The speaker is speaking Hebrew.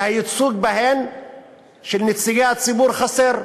שהייצוג בהן של נציגי הציבור הערבי חסר.